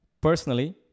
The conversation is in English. Personally